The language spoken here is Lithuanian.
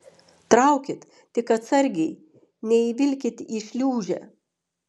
traukit tik atsargiai neįvilkit į šliūžę